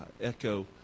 echo